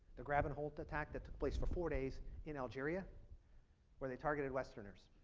the grab and hold attack that took place for four days in algeria where they targeted westerners.